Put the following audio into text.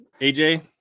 AJ